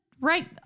right